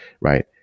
right